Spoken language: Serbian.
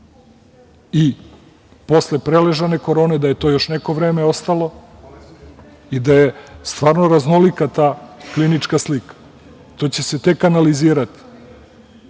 i posle preležane korone da je to još neko vreme ostalo. Stvarno je raznolika ta klinička slika. To će se tek analizirati.